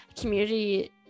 community